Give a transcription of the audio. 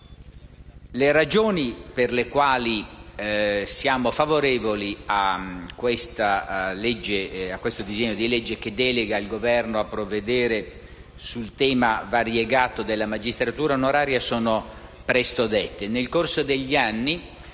Le ragioni per le quali siamo favorevoli a questo disegno di legge, che delega il Governo a provvedere sul tema variegato della magistratura onoraria, sono presto dette.